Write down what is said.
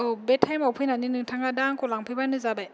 औ बे टाइम आव फैनानै नोंथाङा दा आंखौ लांफैबानो जाबाय